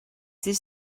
this